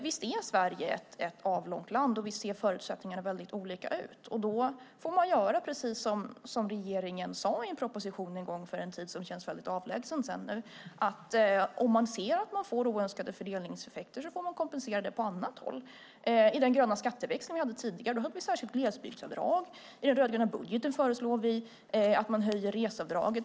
Visst är Sverige ett avlångt land, och visst ser förutsättningarna väldigt olika ut. Då får man göra precis som regeringen sade i en proposition som lades fram i en tid som känns väldigt avlägsen. Om man ser att man får oönskade fördelningseffekter får man kompensera det. I den gröna skatteväxling vi hade tidigare hade vi ett särskilt glesbygdsavdrag. I den rödgröna budgeten föreslår vi att man höjer reseavdraget.